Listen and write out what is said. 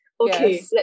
Okay